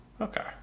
Okay